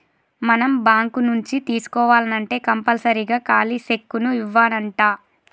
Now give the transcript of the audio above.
మనం బాంకు నుంచి తీసుకోవాల్నంటే కంపల్సరీగా ఖాలీ సెక్కును ఇవ్యానంటా